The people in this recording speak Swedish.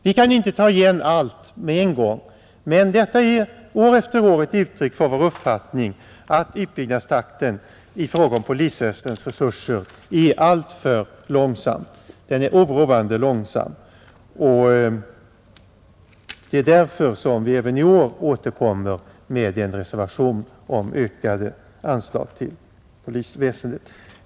Vi kan inte ta igen allt med en gång, men den uppfattning vi år efter år har givit uttryck för är att utbyggnadstakten i fråga om polisväsendets resurser är oroande långsam. Det är därför som vi även i år återkommer med en reservation om ökade anslag till polisväsendet.